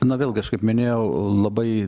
na vėlgi aš kaip minėjau labai